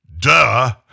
Duh